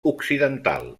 occidental